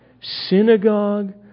synagogue